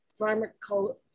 pharmacological